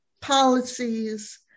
policies